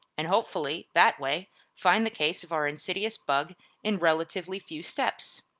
and hopefully, that way find the case of our insidious bug in relatively few steps.